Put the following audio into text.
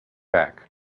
back